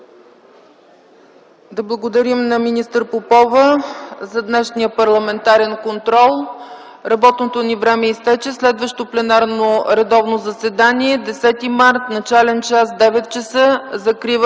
Да благодарим на министър Попова за днешния парламентарен контрол. Работното ни време изтече. Следващото пленарно редовно заседание е на 10 март 2010 г., начален час 9,00.